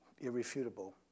irrefutable